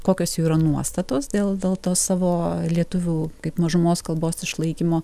kokios jų yra nuostatos dėl dėl tos savo lietuvių kaip mažumos kalbos išlaikymo